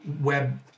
web